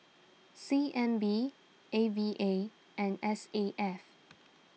C N B A V A and S A F